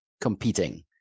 competing